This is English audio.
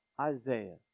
Isaiah